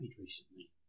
recently